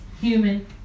human